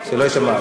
יואל חסון,